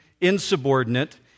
insubordinate